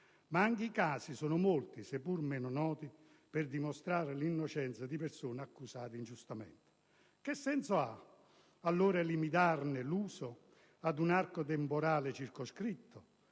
ma anche (i casi sono molti, seppure meno noti) per dimostrare l'innocenza di persone accusate ingiustamente. Che senso ha allora limitarne l'uso ad un arco temporale circoscritto,